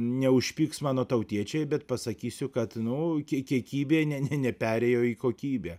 neužpyks mano tautiečiai bet pasakysiu kad nu kie kiekybė ne ne neperėjo į kokybę